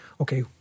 okay